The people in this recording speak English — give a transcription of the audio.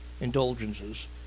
indulgences